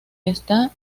está